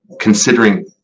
considering